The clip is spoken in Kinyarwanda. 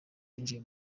binjiye